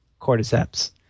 cordyceps